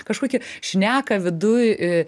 kažkokie šneka viduj